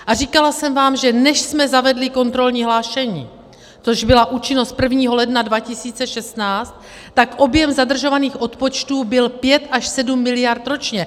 A říkala jsem vám, že než jsme zavedli kontrolní hlášení, což byla účinnost od 1. ledna 2016, tak objem zadržovaných odpočtů byl 5 až 7 miliard ročně.